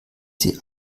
sie